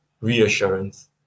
reassurance